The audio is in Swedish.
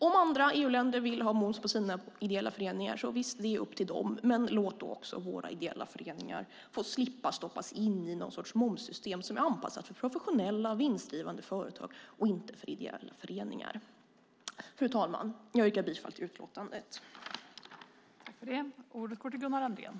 Om andra EU-länder vill ha moms på sina ideella föreningar är det upp till dem, men låt våra ideella föreningar få slippa stoppas in i någon sorts momssystem som är anpassat för professionella och vinstdrivande företag och inte för ideella föreningar. Fru talman! Jag yrkar bifall till förslaget i utlåtandet.